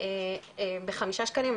ב-5 שקלים,